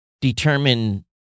determine